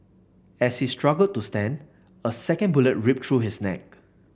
as he struggled to stand a second bullet ripped through his neck